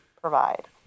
provide